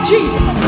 Jesus